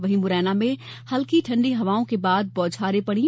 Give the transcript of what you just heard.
वहीं मुरैना में हल्की ठंडी हवाओं के बाद बौछारे पड़ी